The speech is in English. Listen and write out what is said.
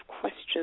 questions